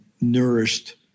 nourished